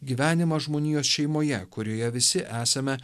gyvenimas žmonijos šeimoje kurioje visi esame